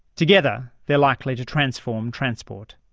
together they are likely to transform transport.